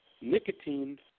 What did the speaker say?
Nicotine